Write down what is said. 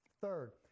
Third